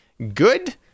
Good